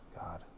God